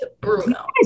Bruno